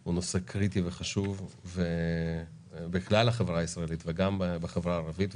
הוא נושא קריטי וחשוב בכלל בחברה הישראלית וגם בחברה הערבית,